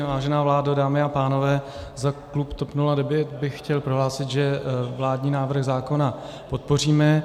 Vážená vládo, dámy a pánové, za klub TOP09 bych chtěl prohlásit, že vládní návrh zákona, podpoříme.